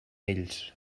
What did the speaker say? ells